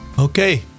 Okay